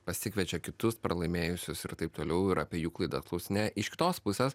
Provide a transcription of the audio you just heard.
pasikviečia kitus pralaimėjusius ir taip toliau ir apie jų klaidas klausinėja iš kitos pusės